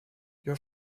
your